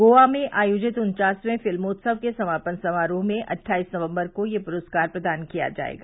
गोवा में आयोजित उन्वासवें फिल्मोत्सव के समापन समारोह में अट्ठाईस नवंबर को ये पुस्कार प्रदान किया जायेगा